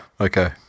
Okay